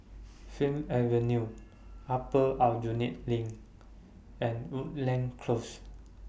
Fir Avenue Upper Aljunied LINK and Woodleigh Close